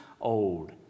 old